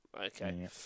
Okay